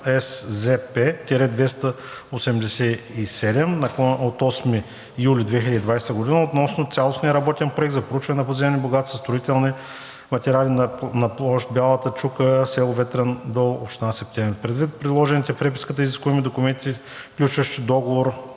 НСЗП-287 от 8 юли 2020 г., относно цялостния работен проект за проучване на подземни богатства – строителни материали, в площ „Бялата чука“, село Ветрен дол, община Септември. Предвид приложените в преписката изискуеми документи, включващи Договор